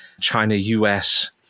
China-US